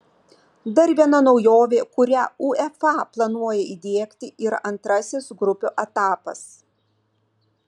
dar viena naujovė kurią uefa planuoja įdiegti yra antrasis grupių etapas